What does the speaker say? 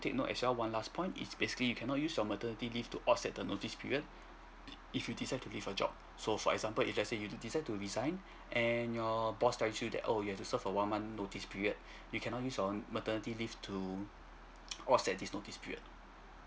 take note as well one last point is basically you cannot use your maternity leave to offset the notice period if you decide to leave the job so for example if let' say you de~ decide to resign and your boss telling you that oh you have to serve a one month notice period you cannot use on maternity leave to offset this notice period